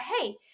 hey